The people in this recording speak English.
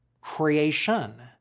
creation